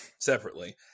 separately